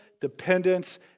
dependence